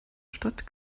stadt